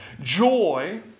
Joy